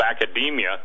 academia